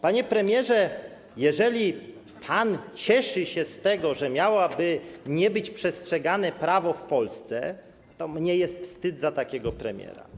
Panie premierze, jeżeli pan cieszy się z tego, że prawo miałoby nie być przestrzegane w Polsce, to mnie jest wstyd za takiego premiera.